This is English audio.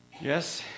Yes